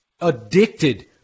addicted